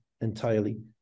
entirely